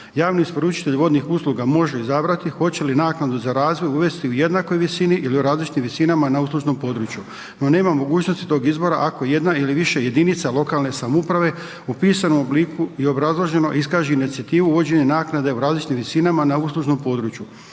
Javni isporučitelj vodnih usluga može izabrati hoće li naknadu za razvoj uvesti u jednakoj visini ili u različitim visinama na uslužnom području. No, nema mogućnosti tog izbora ako jedna ili više jedinica lokalne samouprave u pisanom obliku i obrazloženo iskaže inicijativu uvođenja naknade u različitim visinama na uslužnom području.